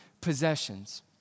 possessions